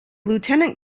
lieutenant